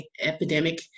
epidemic